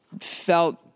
felt